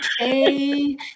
okay